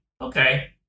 okay